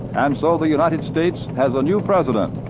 and so the united states has a new president,